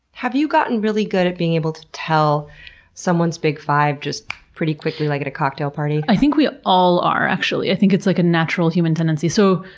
have you gotten really good at being able to tell someone's big five just, pretty quickly, like at a cocktail party? i think we all are, actually. i think it's like, a natural human tendency. so,